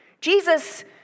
Jesus